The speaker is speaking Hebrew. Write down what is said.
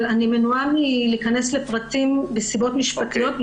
אני מנועה מלהיכנס לפרטים מסיבות משפטיות.